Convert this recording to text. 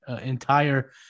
entire